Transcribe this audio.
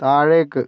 താഴേക്ക്